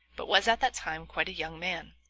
but was at that time quite a young man,